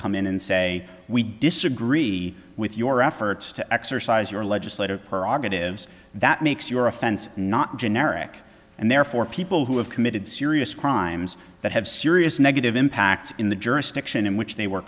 come in and say we disagree with your efforts to exercise your legislative prerogatives that makes your offense not generic and therefore people who have committed serious crimes that have serious negative impact in the jurisdiction in which they were